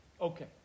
Okay